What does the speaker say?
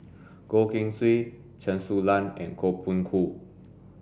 Goh Keng Swee Chen Su Lan and Koh Poh Koon